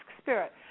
spirit